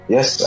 Yes